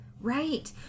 Right